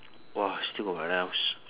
!wah! still got what else